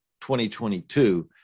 2022